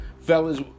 fellas